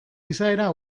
izaera